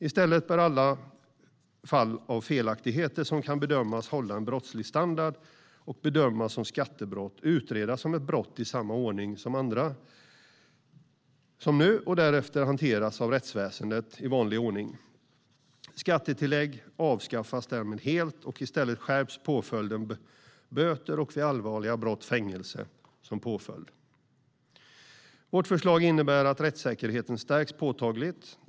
I stället bör alla fall av felaktigheter som kan bedömas hålla en brottslig standard och som kan bedömas som skattebrott utredas som ett brott i samma ordning som nu och därefter hanteras av rättsväsendet i vanlig ordning. Skattetillägg avskaffas därmed helt, och i stället skärps påföljden böter och, vid allvarliga brott, fängelse. Vårt förslag innebär att rättssäkerheten påtagligt stärks.